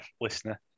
listener